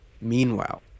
Meanwhile